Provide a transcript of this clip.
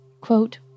Quote